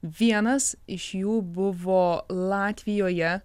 vienas iš jų buvo latvijoje